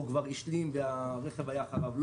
או השלים והרכב היה אחריו.